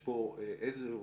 היה פה איזה שהוא